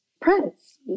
Prince